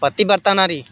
पतिवर्ता नारी